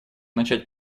начать